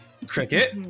Cricket